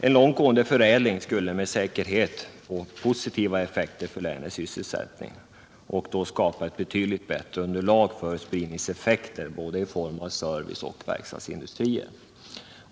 En långt gående förädling skulle med säkerhet få positiva effekter för länets sysselsättning samt skapa ett betydligt bättre underlag för spridningseffekter i form både av service och verkstadsindustrier.